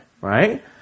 Right